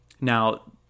Now